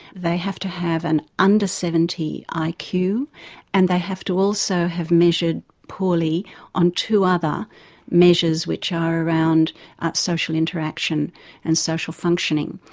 they have to have an under seventy ah like iq. and they have to also have measured poorly on two other measures. which are around social interaction and social functioning.